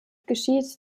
geschieht